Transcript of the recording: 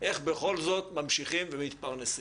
איך בכל זאת ממשיכים ומתפרנסים.